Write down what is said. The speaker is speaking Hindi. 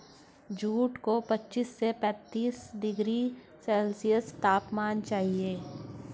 जूट को पच्चीस से पैंतीस डिग्री सेल्सियस तापमान चाहिए